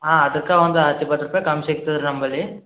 ಹಾಂ ಅದಕ್ಕ ಒಂದು ಹತ್ತು ಇಪ್ಪತ್ತು ರೂಪಾಯಿ ಕಮ್ ಸಿಗ್ತದ ನಂಬಲ್ಲಿ